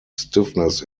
stiffness